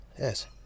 Yes